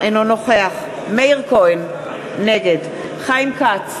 אינו נוכח מאיר כהן, נגד חיים כץ,